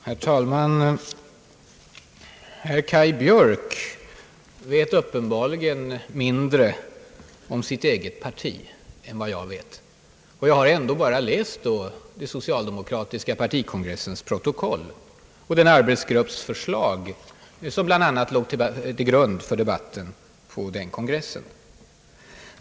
Herr talman! Herr Kaj Björk vet uppenbarligen mindre om sitt eget parti i den här frågan än jag vet. Och det räc ker ändå att ha läst den socialdemokratiska partikongressens protokoll och det förslag från arbetsgruppen som bl a. låg till grund för debatten på den kongressen.